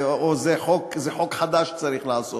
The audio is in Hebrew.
או חוק חדש צריך לעשות.